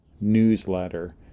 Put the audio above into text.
newsletter